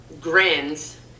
grins